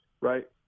right